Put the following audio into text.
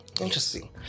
interesting